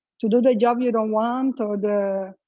to do the job you don't want, or the,